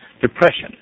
depression